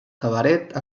cabaret